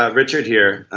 ah richard here.